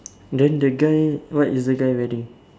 then the guy what is the guy wearing